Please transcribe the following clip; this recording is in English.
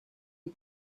you